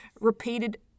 repeated